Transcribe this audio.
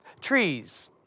Trees